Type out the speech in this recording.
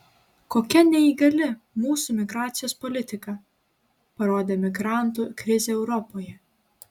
kokia neįgali mūsų migracijos politika parodė migrantų krizė europoje